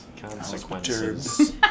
Consequences